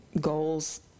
goals